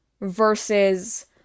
versus